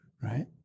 right